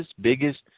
biggest